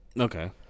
Okay